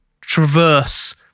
traverse